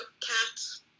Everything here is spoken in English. cats